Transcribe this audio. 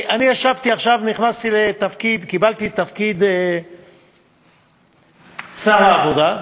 אני נכנסתי לתפקיד, קיבלתי את תפקיד שר העבודה,